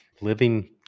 living